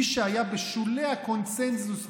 מי שהיה בשולי הקונסנזוס,